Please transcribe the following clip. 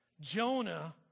Jonah